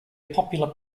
popular